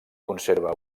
conserva